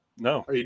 No